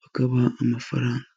bakabaha amafaranga.